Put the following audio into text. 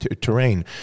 terrain